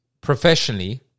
professionally